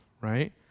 right